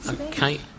Okay